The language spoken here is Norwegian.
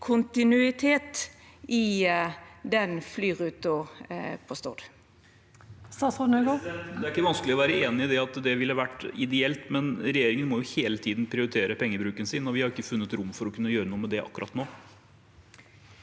kontinuitet i den flyruta på Stord?